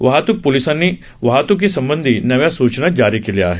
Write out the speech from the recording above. वाहतूक पोलीसांनी वाहतूकी संबंधी नव्या सूचना जारी केल्या आहेत